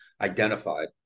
identified